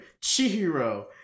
chihiro